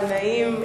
אין נמנעים,